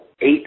Eight